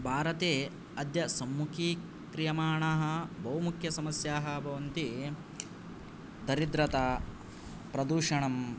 भारते अद्य सम्मुखी क्रियमाणाः बहु मुख्य समस्याः भवन्ति दरिद्रता प्रदूषणं